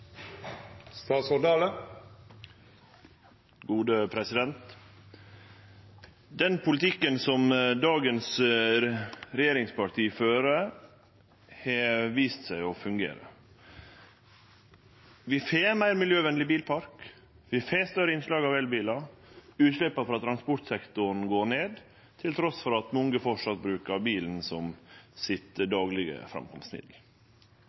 Den politikken som dagens regjeringsparti fører, har vist seg å fungere. Vi får ein meir miljøvenleg bilpark, vi får større innslag av elbilar, og utsleppa frå transportsektoren går ned trass i at mange framleis bruker bilen som